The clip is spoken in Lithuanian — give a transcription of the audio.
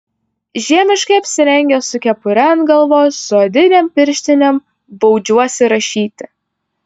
žiemiškai apsirengęs su kepure ant galvos su odinėm pirštinėm baudžiuosi rašyti